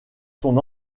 son